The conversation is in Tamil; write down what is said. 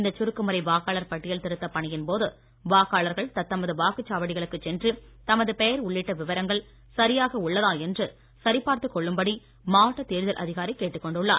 இந்த சுருக்க முறை வாக்காளர் பட்டியல் திருத்த பணியின் போது வாக்காளர்கள் தத்தமது வாக்குசாவடிகளுக்கு சென்று தமது பெயர் உள்ளிட்ட விவரங்கள் சரியாக உள்ளதா என்று சரி பார்த்துக் கொள்ளும்படி மாவட்ட தேர்தல் அதிகாரி கேட்டுக் கொண்டுள்ளார்